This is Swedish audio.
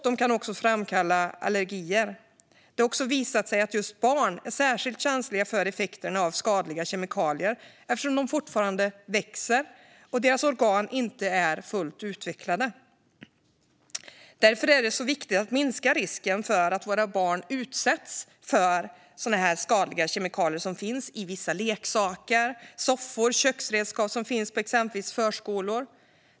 De kan också framkalla allergier. Det har också visat sig att barn är särskilt känsliga för effekterna av skadliga kemikalier, eftersom de fortfarande växer och deras organ inte är fullt utvecklade. Det är viktigt att minska risken för att barn utsätts för sådana skadliga kemikalier som finns i vissa leksaker, soffor och köksredskap som finns på exempelvis förskolor.